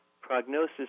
prognosis